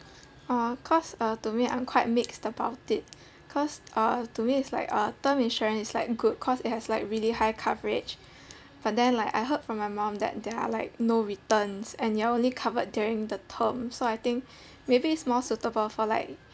uh cause to me I'm quite mixed about it cause uh to me it's like uh term insurance is like good cause it has really high coverage but then like I heard from my mum that they're like no returns and you're only covered during the term so I think maybe it's more suitable for like